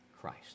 Christ